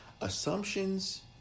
Assumptions